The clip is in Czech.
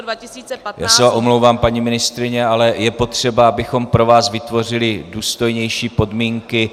Já se omlouvám, paní ministryně, ale je potřeba, abychom pro vás vytvořili důstojnější podmínky.